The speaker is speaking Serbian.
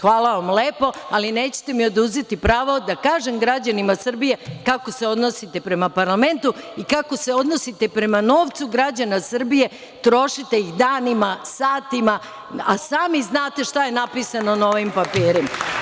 Hvala vam lepo, ali nećete mi oduzeti pravo da kažem građanima Srbije kako se odnosite prema parlamentu i kako se odnosite prema novcu građana Srbije, trošite ih danima, satima, a sami znate šta je napisano na ovim papirima.